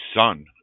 son